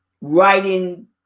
writing